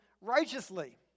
righteously